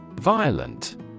Violent